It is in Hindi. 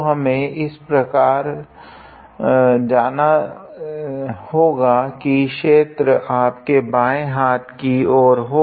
तो हमें इस प्रकार जाना होगा की क्षेत्र आपके बांयें हाथ की और हो